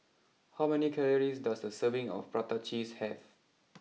how many calories does a serving of Prata Cheese have